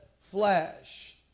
flesh